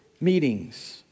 meetings